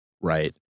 right